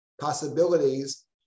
possibilities